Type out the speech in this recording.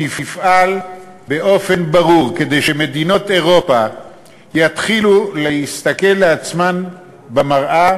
תפעל באופן ברור כדי שמדינות אירופה יתחילו להסתכל על עצמן במראה